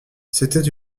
c’était